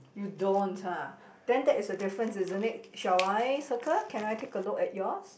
you don't ah then that is a difference isn't it shall I circle can I take a look at yours